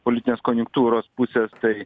politinės konjunktūros pusės tai